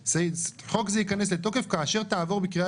חוק זה ייכנס לתוקף כאשר תעבור בקריאה